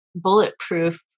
bulletproof